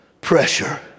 Pressure